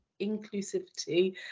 inclusivity